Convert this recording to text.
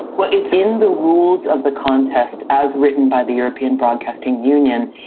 well, it's in the rules of the contest, as written by the european broadcasting union,